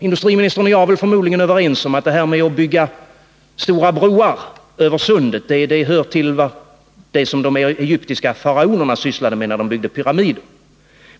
Industriminstern och jag är förmodligen överens om att detta att bygga Nr 21 stora broar över Sundet kan jämföras med vad de egyptiska faraonerna Måndagen den sysslade med när de byggde pyramider.